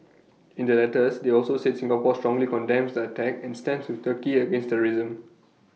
in their letters they also said Singapore strongly condemns the attack and stands with turkey against terrorism